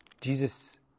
Jesus